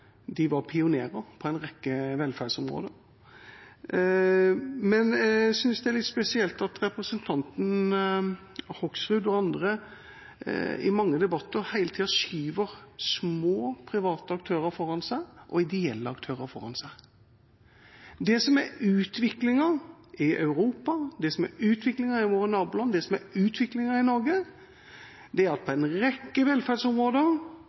pionerer på en rekke velferdsområder. Jeg synes det er litt spesielt at representanten Hoksrud og andre i mange debatter hele tida skyver små private og ideelle aktører foran seg. Det som er utviklingen i Europa, det som er utviklingen i våre naboland, og det som er utviklingen i Norge, er at på en rekke velferdsområder